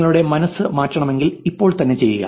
നിങ്ങളുടെ മനസ്സ് മാറ്റണമെങ്കിൽ ഇപ്പോൾ തന്നെ ചെയ്യുക